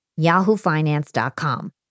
yahoofinance.com